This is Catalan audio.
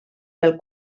pel